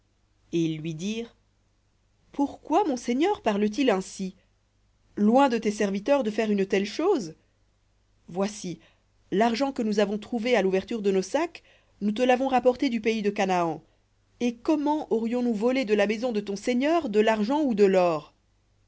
et ils lui dirent pourquoi mon seigneur parle-t-il ainsi loin de tes serviteurs de faire une telle chose voici l'argent que nous avons trouvé à l'ouverture de nos sacs nous te l'avons rapporté du pays de canaan et comment aurions-nous volé de la maison de ton seigneur de l'argent ou de l'or